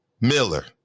Miller